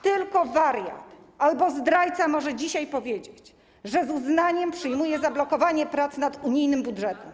Tylko wariat albo zdrajca może dzisiaj powiedzieć, że z uznaniem przyjmuje zablokowanie prac nad unijnym budżetem.